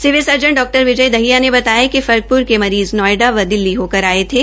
civil surgeon डॉ विजय दहिया ने बताया कि फर्कप्र के मरीज़ नोएडा व दिल्ली होकर आये थे